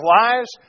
lives